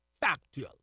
factual